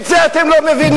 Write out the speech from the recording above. את זה אתם לא מבינים.